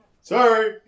sorry